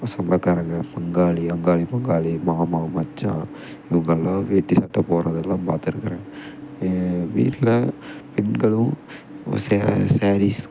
சொந்தகாரங்க பங்காளி அங்காளி பங்காளி மாமா மச்சான் இவங்க எல்லாம் வேட்டி சட்டை போடுறதுலாம் பார்த்துருக்குறேன் ஏன் வீட்டில் பெண்களும் சேலை சாரீஸ்